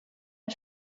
den